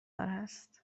هست